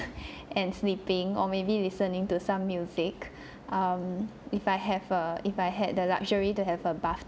and sleeping or maybe listening to some music um if I have a if I had the luxury to have a bath